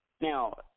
Now